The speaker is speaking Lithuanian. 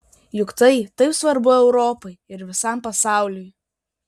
juk tai taip svarbu europai ir visam pasauliui